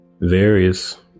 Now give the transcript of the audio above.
various